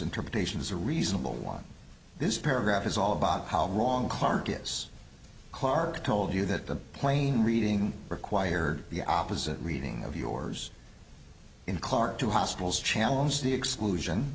interpretation is a reasonable one this paragraph is all about how wrong clark is clark told you that the plane reading required the opposite reading of yours in clark to hospitals challenge the exclusion